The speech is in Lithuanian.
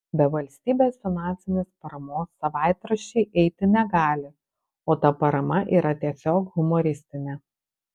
be valstybės finansinės paramos savaitraščiai eiti negali o ta parama yra tiesiog humoristinė